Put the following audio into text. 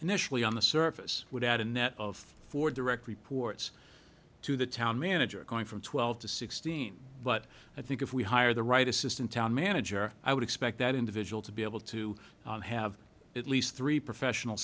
then on the surface would add a net of four direct reports to the town manager going from twelve to sixteen but i think if we hire the right assistant town manager i would expect that individual to be able to have at least three professional